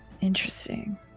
Interesting